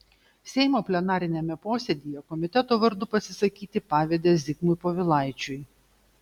seimo plenariniame posėdyje komiteto vardu pasisakyti pavedė zigmui povilaičiui